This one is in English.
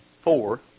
four